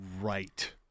right